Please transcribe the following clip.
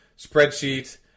spreadsheet